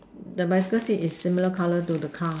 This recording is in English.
the bicycle say is similar colour to the car